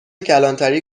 کلانتری